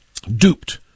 Duped